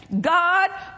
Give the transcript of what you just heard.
God